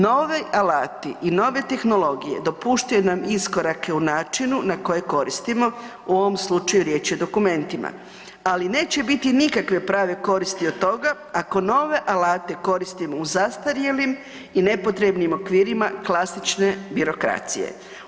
Novi alati i nove tehnologije dopuštaju nam iskorake u načinu na koje koristimo, u ovom slučaju, riječ je o dokumentima ali neće biti nikakve prave koristi od toga ako nove alate koristimo u zastarjelim i nepotrebnim okvirima klasične birokracije.